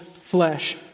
flesh